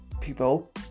people